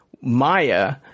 Maya